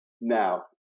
Now